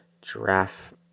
giraffe